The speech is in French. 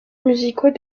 musicaux